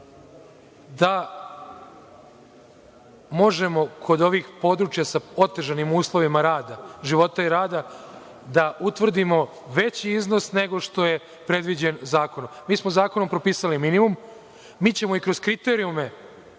da možemo kod ovih područja sa otežanim uslovima života i rada da utvrdimo veći iznos nego što je predviđen zakonom. Mi smo zakonom propisali minimum, mi ćemo i kroz kriterijume